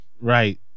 Right